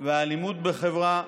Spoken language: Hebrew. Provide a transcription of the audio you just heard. והאלימות בחברה,